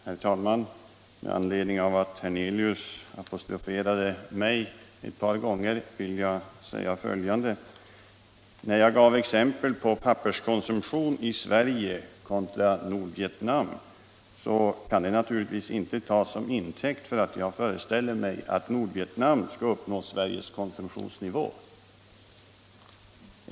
Herr talman! Eftersom herr Hernelius apostroferade mig ett par gånger vill jag säga följande. När jag gav exempel på papperskonsumtionen i Sverige kontra Nordvietnam skall detta naturligtvis inte tas som intäkt för att jag föreställer mig att Nordvietnam skall uppnå Sveriges konsumtionsnivå.